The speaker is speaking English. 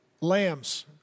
lambs